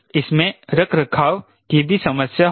इसमें रखरखाव की भी समस्या होगी